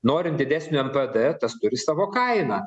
norint didesnio npd tas turi savo kainą